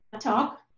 talk